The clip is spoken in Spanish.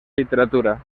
literatura